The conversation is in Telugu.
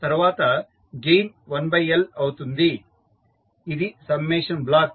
తర్వాత గెయిన్ 1L అవుతుంది ఇది సమ్మేషన్ బ్లాక్